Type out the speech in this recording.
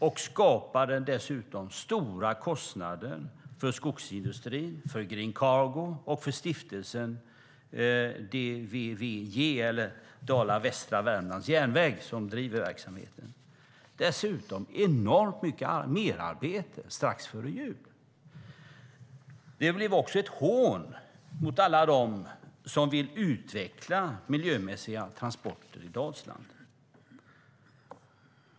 Det skapade stora kostnader för skogsindustrin, för Green Cargo och för stiftelsen DVVJ eller Dal-Västra Värmlands Järnväg, som driver verksamheten. Dessutom blev det enormt mycket merarbete strax före jul. Det var också ett hån mot alla dem som vill utveckla miljömässiga transporter i Dalsland.